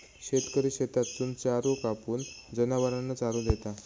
शेतकरी शेतातसून चारो कापून, जनावरांना चारो देता